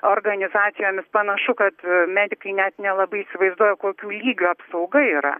organizacijomis panašu kad medikai net nelabai įsivaizduoja kokių lygių apsauga yra